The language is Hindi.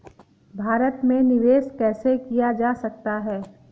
भारत में निवेश कैसे किया जा सकता है?